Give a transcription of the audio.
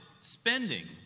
spending